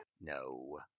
No